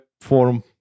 form